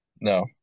No